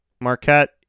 Marquette